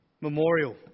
memorial